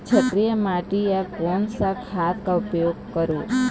क्षारीय माटी मा कोन सा खाद का उपयोग करों?